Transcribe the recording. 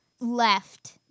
left